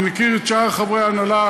אני מכיר את שאר חברי ההנהלה,